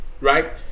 right